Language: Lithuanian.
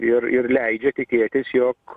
ir ir leidžia tikėtis jog